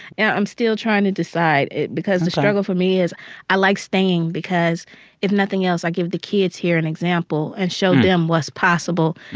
know, i'm still trying to decide. ok. because the struggle for me is i like staying because if nothing else, i give the kids here an example and show them what's possible.